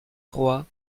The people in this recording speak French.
trois